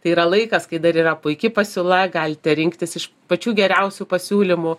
tai yra laikas kai dar yra puiki pasiūla galite rinktis iš pačių geriausių pasiūlymų